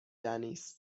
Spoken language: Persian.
دنیس